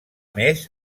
més